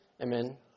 Amen